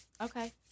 Okay